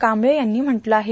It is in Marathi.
कांबळे यांनी म्हटलं आहे